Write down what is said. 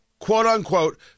quote-unquote